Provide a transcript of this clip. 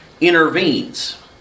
intervenes